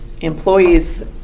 employees